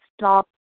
stop